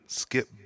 skip